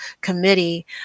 committee